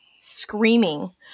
screaming